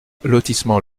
lotissement